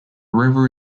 river